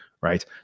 right